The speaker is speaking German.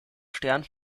stern